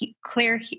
clear